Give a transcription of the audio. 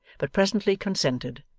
but presently consented,